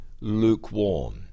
lukewarm